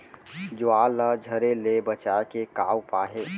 ज्वार ला झरे ले बचाए के का उपाय हे?